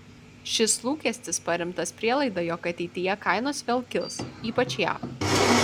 šis lūkestis paremtas prielaida jog ateityje kainos vėl kils ypač jav